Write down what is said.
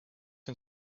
and